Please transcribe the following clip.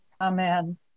amen